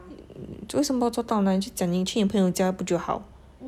为什么要做到呢就讲你去你朋友家不就好